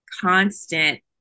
constant